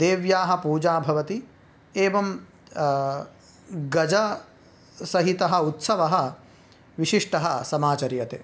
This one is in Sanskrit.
देव्याः पूजा भवति एवं गजसहितः उत्सवः विशिष्टः समाचर्यते